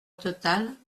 total